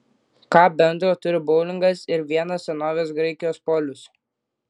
ką bendro turi boulingas ir vienas senovės graikijos polius